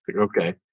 Okay